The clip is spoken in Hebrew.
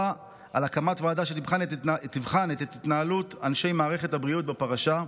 על הקמת ועדה שתבחן את התנהלות אנשי מערכת הבריאות בפרשה.